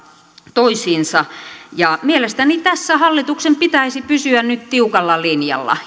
toisiinsa ja mielestäni tässä hallituksen pitäisi pysyä nyt tiukalla linjalla